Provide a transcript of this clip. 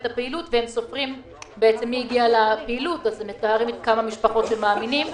אבל הם לא מוציאים מכלל אפשרות את הפעילות של יציאות